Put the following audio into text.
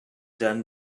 done